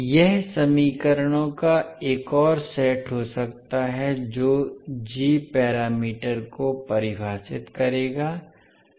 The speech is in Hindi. यह समीकरणों का एक और सेट हो सकता है जो जी पैरामीटर को परिभाषित करेगा